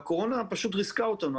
הקורנה פשוט ריסקה אותנו.